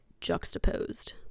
juxtaposed